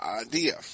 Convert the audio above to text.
idea